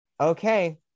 Okay